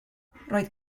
roedd